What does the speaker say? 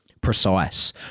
precise